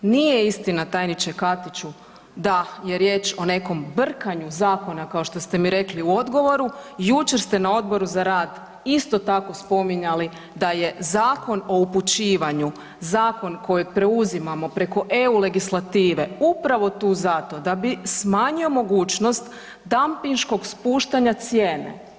Nije istina, tajniče Katiću, da je riječ o nekom brkanju zakona, kao što ste mi rekli u odgovoru, jučer ste na Odboru za rad isto tako spominjali da je Zakon o upućivanju, zakon koji preuzimamo preko EU legislative, upravo tu zato da bi smanjio mogućnost dampinškog spuštanja cijene.